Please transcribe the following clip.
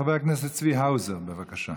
חבר הכנסת צבי האוזר, בבקשה.